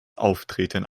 auftreten